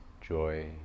joy